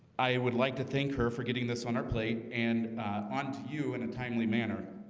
i would like to thank her for getting this on our plate and on to you in a timely manner